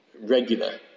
regular